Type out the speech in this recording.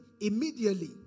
immediately